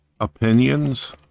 opinions